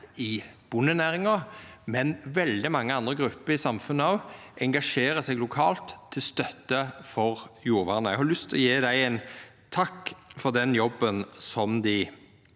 i bondenæringa, men òg veldig mange andre grupper i samfunnet engasjerer seg lokalt til støtte for jordvernet. Eg har lyst til å gje dei ein takk for den jobben som dei